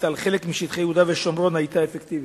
על חלק משטחי יהודה ושומרון היתה אפקטיבית,